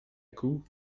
coup